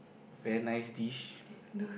very nice dish